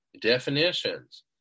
Definitions